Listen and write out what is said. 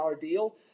deal